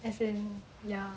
as in ya